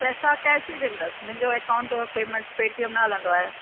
पैसा कैश ई ॾींदसि मुंहिंजो अकाउंट पेमेंट पेटीअम न हलंदो आहे